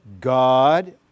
God